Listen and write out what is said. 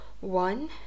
One